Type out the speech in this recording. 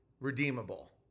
Redeemable